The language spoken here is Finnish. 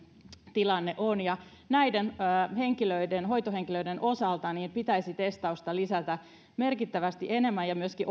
tilanne on näiden hoitohenkilöiden osalta pitäisi testausta lisätä merkittävästi enemmän ja myöskin